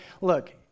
look